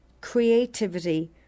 Creativity